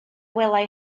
welai